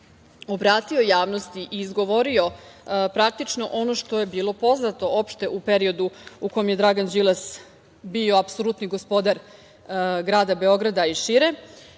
obratio javnosti i izgovorio ono što je bilo poznato opšte u periodu u kome je Dragan Đilas bio apsolutni gospodar grada Beograda i šire,